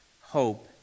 hope